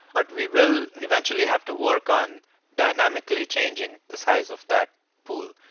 what we will eventually have to work on dynamically changing the size of that pool.